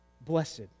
Blessed